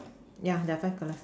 ya there are five columns